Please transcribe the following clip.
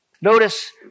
Notice